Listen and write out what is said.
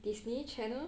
disney channel